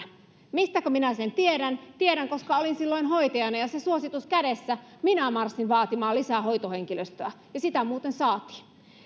mistäkö minä sen tiedän tiedän koska olin silloin hoitajana ja se suositus kädessä minä marssin vaatimaan lisää hoitohenkilöstöä ja sitä muuten saatiin tämä